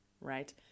right